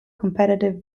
competitive